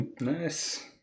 Nice